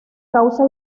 causa